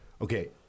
okay